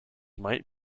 might